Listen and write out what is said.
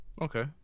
okay